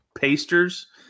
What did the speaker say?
pasters